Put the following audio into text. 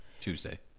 Tuesday